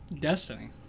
Destiny